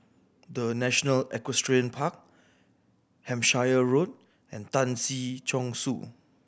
The National Equestrian Park Hampshire Road and Tan Si Chong Su